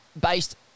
based